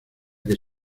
que